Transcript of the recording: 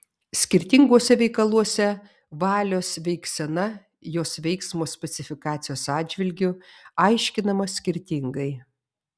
skirtinguose veikaluose valios veiksena jos veiksmo specifikacijos atžvilgiu aiškinama skirtingai